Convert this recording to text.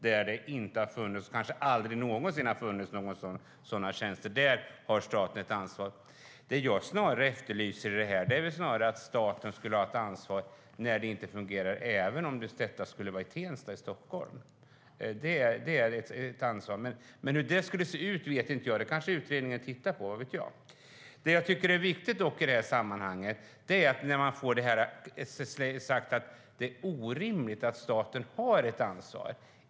Där det inte finns och kanske aldrig någonsin har funnits sådana tjänster har staten ett ansvar. Det jag efterlyser är att staten ska ha ett ansvar när det inte fungerar, även om det skulle vara i Tensta i Stockholm. Hur det skulle se ut vet jag inte. Men det kanske utredningen tittar på, vad vet jag? Viktigt i sammanhanget är dock att man säger att det är orimligt att staten har ett ansvar.